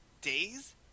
Days